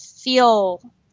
feel